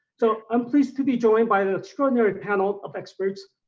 so i'm pleased to be joined by an extraordinary panel of experts.